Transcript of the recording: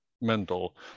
mental